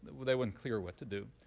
they weren't clear what to do.